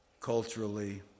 culturally